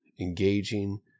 engaging